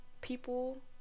people